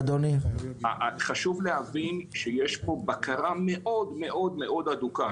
חשוב להבין שיש פה בקרה מאוד מאוד הדוקה.